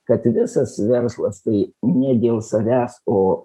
kad visas verslas tai ne dėl savęs o